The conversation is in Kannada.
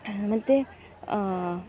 ಮತ್ತು